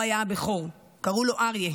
הוא היה הבכור, וקראו לו אריה.